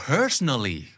Personally